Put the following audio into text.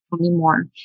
anymore